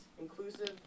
inclusive